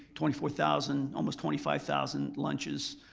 twenty four thousand, almost twenty five thousand, lunches.